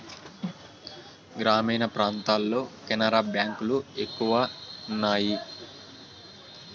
గ్రామీణ ప్రాంతాల్లో కెనరా బ్యాంక్ లు ఎక్కువ ఉన్నాయి